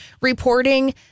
reporting